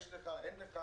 יש לך או אין לך.